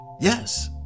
Yes